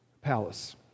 palace